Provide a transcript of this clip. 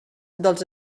dels